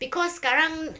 because sekarang